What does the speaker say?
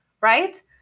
right